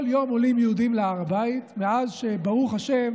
כל יום עולים יהודים להר הבית, מאז שברוך השם